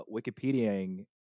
Wikipediaing